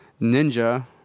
ninja